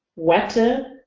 water,